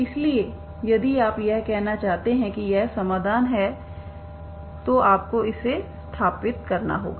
इसलिए यदि आप यह कहना चाहते हैं कि यह समाधान है तो आपको इसे सत्यापित करना होगा